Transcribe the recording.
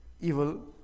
evil